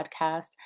podcast